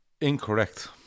Incorrect